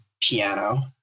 piano